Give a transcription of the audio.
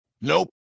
Nope